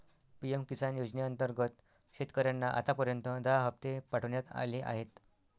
PM Kisan योजनेअंतर्गत शेतकऱ्यांना आतापर्यंत दहा हप्ते पाठवण्यात आले आहेत